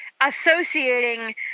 associating